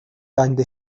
بند